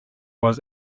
was